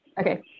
okay